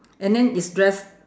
and then its dress